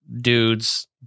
dudes